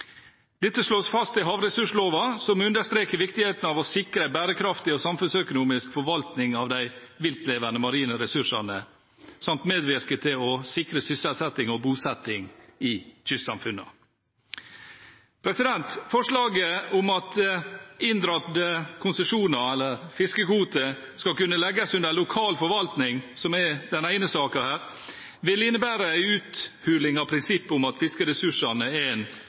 Dette slås fast i havressursloven, som understreker viktigheten av å sikre bærekraftig og samfunnsøkonomisk forvaltning av de viltlevende, marine ressursene samt medvirke til å sikre sysselsetting og bosetting i kystsamfunnene. Forslaget om at inndratte konsesjoner eller fiskekvoter skal kunne legges under lokal forvaltning, som er den ene saken her, vil innebære en uthuling av prinsippet om at fiskeressursene er en